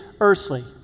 earthly